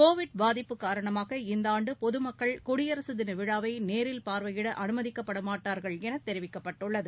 Covid பாதிப்பு காரணமாக இந்த ஆண்டு பொதுமக்கள் குடியரசு தின விழாவை நேரில் பார்வையிட அனுமதிக்கப்படமாட்டார்கள் என தெரிவிக்கப்பட்டுள்ளது